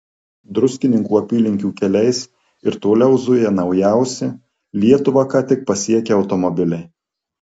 druskininkų apylinkių keliais ir toliau zuja naujausi lietuvą ką tik pasiekę automobiliai